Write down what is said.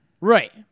Right